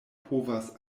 povas